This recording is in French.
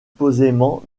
posément